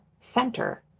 center